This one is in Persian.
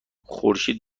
خورشید